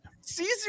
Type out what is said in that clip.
Caesar